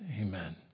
Amen